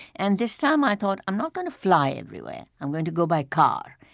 and this time i thought, i'm not going to fly everywhere. i'm going to go by car.